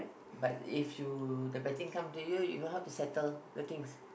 but if you the bad thing come to you you know how to settle the things